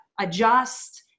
adjust